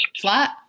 flat